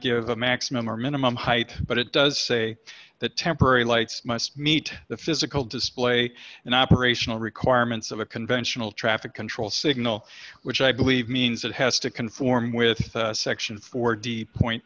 give the maximum or minimum height but it does say that temporary lights must meet the physical display an operational requirements of a conventional traffic control signal which i believe means it has to conform with section four d point